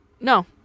No